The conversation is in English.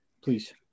Please